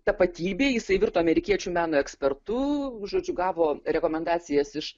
tapatybė jisai virto amerikiečių meno ekspertu žodžiu gavo rekomendacijas iš